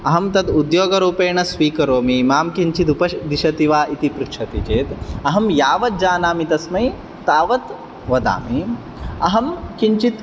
अहं तद् उद्योगरूपेण स्वीकरोमि मां किञ्चिद् उपदिशति वा इति पृच्छति चेत् अहं यावत् जानामि तस्मै तावत् वदामि अहं किञ्चित्